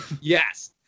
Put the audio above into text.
yes